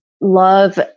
love